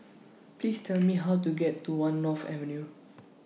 Please Tell Me How to get to one North Avenue